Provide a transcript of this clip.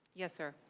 yes sir.